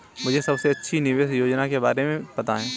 मुझे सबसे अच्छी निवेश योजना के बारे में बताएँ?